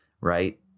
right